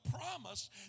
promise